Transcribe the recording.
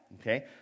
okay